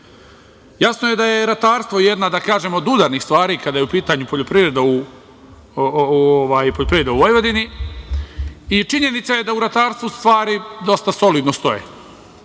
je da je ratarstvo jedna od udarnih stvari kada je u pitanju poljoprivreda u Vojvodini i činjenica je da u ratarstvu stvari dosta solidno stoje.